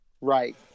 Right